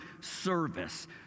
service